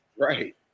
right